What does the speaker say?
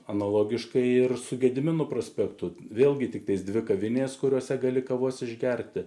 analogiškai ir su gedimino prospektu vėlgi tiktais dvi kavinės kuriose gali kavos išgerti